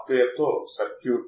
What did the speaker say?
feedback 1 volt